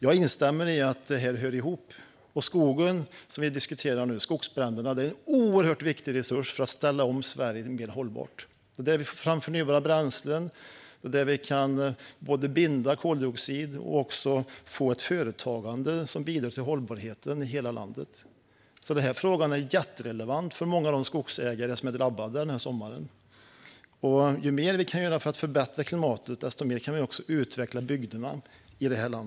Jag instämmer i att det hör ihop. Skogen är en oerhört viktig resurs för att ställa om Sverige till ett mer hållbart samhälle. Det gäller förnybara bränslen och att binda koldioxid. Vi måste också få ett företagande som bidrar till hållbarheten i hela landet. Den här frågan är jätterelevant för många av de skogsägare som har drabbats under sommaren. Ju mer vi kan göra för att förbättra klimatet, desto mer kan vi utveckla bygderna.